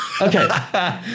Okay